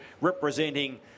representing